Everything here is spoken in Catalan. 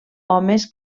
homes